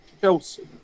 Chelsea